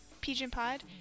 pigeonpod